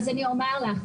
אז אני אומר לך,